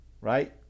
right